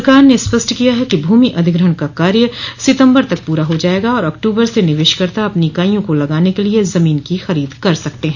सरकार ने स्पष्ट किया है कि भूमि अधिग्रहण का कार्य सितम्बर तक पूरा हो जायेगा और अक्टूबर से निवेशकर्ता अपनी इकाईयों को लगाने के लिए जमीन की खरीद कर सकते है